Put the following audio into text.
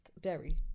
dairy